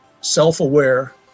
self-aware